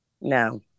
No